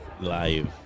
Live